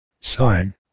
Sign